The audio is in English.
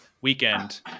weekend